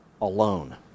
alone